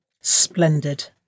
Splendid